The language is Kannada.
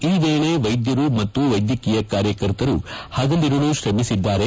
ಈ ವೇಳೆ ವ್ಲೆದ್ಧರು ಮತ್ತು ವೈದ್ಧಕೀಯ ಕಾರ್ಯಕರ್ತರು ಹಗಲಿರುಳು ತ್ರಮಿಸಿದ್ದಾರೆ